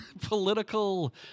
political